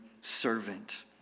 servant